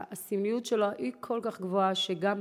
הסמליות שלו כל כך גבוהה גם בארץ,